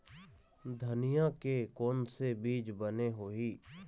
धनिया के कोन से बीज बने होही?